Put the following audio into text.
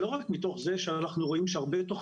כי אין לנו שום דרך